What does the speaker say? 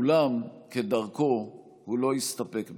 אולם, כדרכו, הוא לא הסתפק בכך.